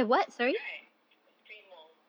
right three malls